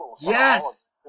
Yes